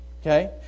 Okay